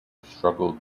struggled